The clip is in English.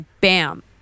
bam